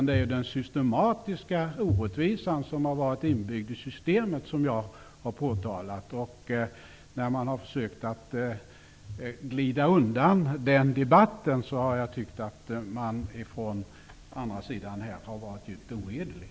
Det är den systematiska orättvisa som är inbyggd i systemet som jag har påtalat. Att man från den andra sidan har försökt att glida undan den debatten har jag tyckt varit djupt ohederligt.